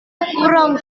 kurang